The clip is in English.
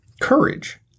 Courage